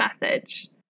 message